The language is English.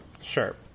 Sure